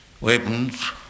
weapons